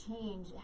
change